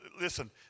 listen